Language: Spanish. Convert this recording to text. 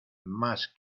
más